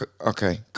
Okay